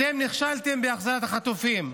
אתם נכשלתם בהחזרת החטופים,